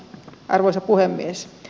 arvoisa puhemies